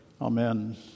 Amen